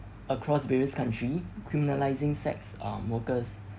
across various country criminalizing sex um workers